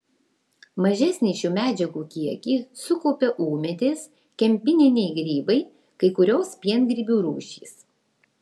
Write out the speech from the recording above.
mažesnį šių medžiagų kiekį sukaupia ūmėdės kempininiai grybai kai kurios piengrybių rūšys